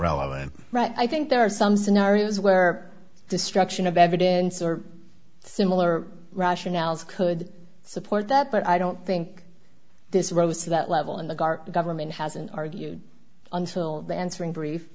relevant right i think there are some scenarios where destruction of evidence or similar rationales could support that but i don't think this rose to that level in the dark the government hasn't argued until the answering brief